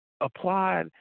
applied –